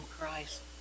Christ